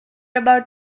about